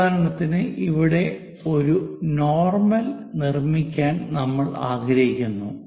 ഉദാഹരണത്തിന് ഇവിടെ ഒരു നോർമൽ നിർമ്മിക്കാൻ നമ്മൾ ആഗ്രഹിക്കുന്നു